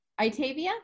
Itavia